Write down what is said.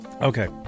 Okay